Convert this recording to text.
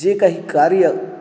जे काही कार्य